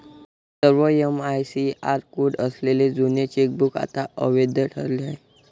सर्व MICR code असलेले जुने चेकबुक आता अवैध ठरले आहे